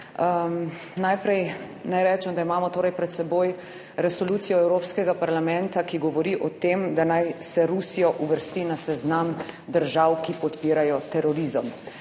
Najprej naj rečem, da imamo torej pred seboj resolucijo Evropskega parlamenta, ki govori o tem, da naj se Rusijo uvrsti na seznam držav, ki podpirajo terorizem.